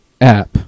app